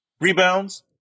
Rebounds